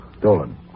Dolan